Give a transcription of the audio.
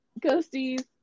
ghosties